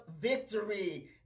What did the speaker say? victory